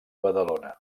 badalona